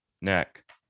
neck